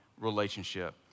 relationship